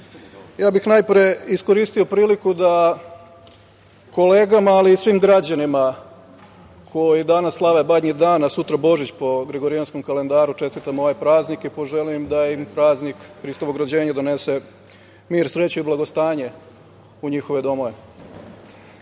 bih najpre iskoristio priliku da kolegama, ali i svim građanima koji danas slave Badnji dan, a sutra Božić po Gregorijanskom kalendaru, da čestitam ovaj praznik i poželim da im praznik Hristovog rođenja donese mir, sreću i blagostanje u njihove domove. Mi